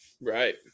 Right